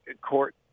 court